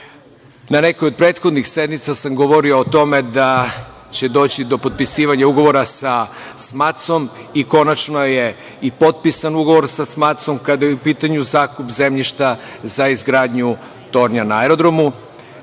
nekoj od prethodnih sednica sam govorio o tome da će doći do potpisivanja ugovora sa SMATS-om i konačno je i potpisan ugovor sa SMATS-om, kada je u pitanju zakup zemljišta za izgradnju tornja na aerodromu.